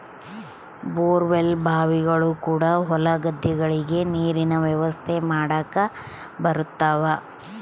bore well ಬಾವಿಗಳು ಕೂಡ ಹೊಲ ಗದ್ದೆಗಳಿಗೆ ನೀರಿನ ವ್ಯವಸ್ಥೆ ಮಾಡಕ ಬರುತವ